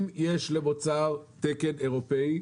אם יש למוצר תקן אירופאי,